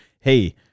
Hey